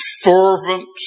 fervent